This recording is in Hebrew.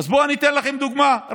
בואו ואתן לכם דוגמה,